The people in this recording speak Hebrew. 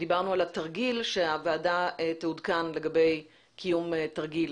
אני מבקשת שהוועדה תעודכן לגבי קיום תרגיל